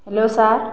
hello sir